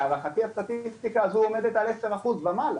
ולהערכתי הסטטיסטיקה הזו עומדת על עשרה אחוזים ומעלה,